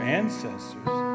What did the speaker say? ancestors